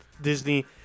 Disney